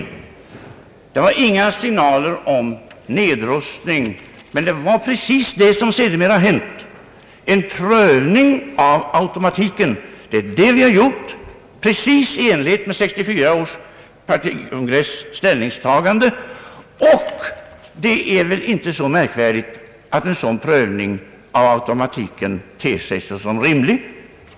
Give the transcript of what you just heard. Det var inga signaler om nedrustning, men det var precis det som sedermera hänt — en prövning av automatiken. Det är det vi har gjort precis i enlighet med ställningstagandet vid 1964 års partikongress, och det är väl inte så märkvärdigt att en sådan prövning av automatiken ter sig såsom rimlig?